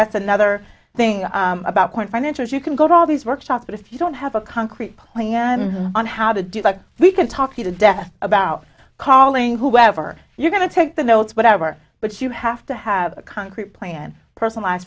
that's another thing about point financials you can go to all these workshops but if you don't have a concrete plan on how to do that we can talk you to death about calling whoever you're going to take the notes whatever but you have to have a concrete plan person